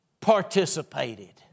participated